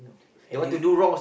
at least